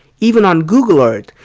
even on google earth,